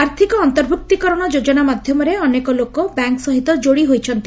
ଆର୍ଥିକ ଅନ୍ତର୍ଭ୍ର୍ଭ୍ତିକରଣ ଯୋଜନା ମାଧ୍ଧମରେ ଅନେକ ଲୋକ ବ୍ୟାଙ୍କ ସହିତ ଯୋଡ଼ି ହୋଇଛନ୍ତି